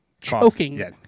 choking